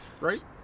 right